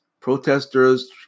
protesters